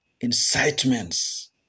incitements